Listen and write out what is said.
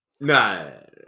No